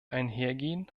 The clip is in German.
einhergehen